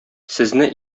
сезне